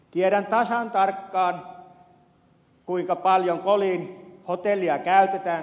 tiedän tasan tarkkaan kuinka paljon kolin hotellia käytetään